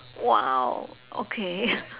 !wow! okay